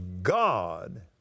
God